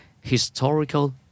historical